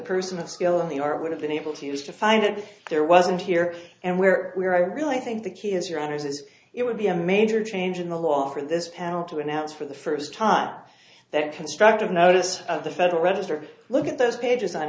person of skill in the art would have been able to use to find if there wasn't here and where we were i really think the key is your honors as it would be a major change in the law for this panel to announce for the first time that constructive notice of the federal register look at those pages on